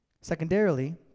Secondarily